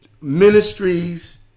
ministries